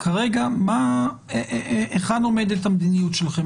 כרגע היכן עומדת המדיניות שלכם,